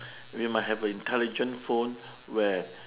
we might have a intelligent phone where